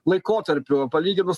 laikotarpiu palyginus